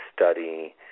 study